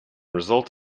result